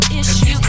issues